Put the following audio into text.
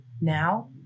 now